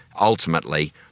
ultimately